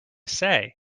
say